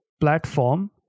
platform